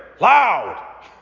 loud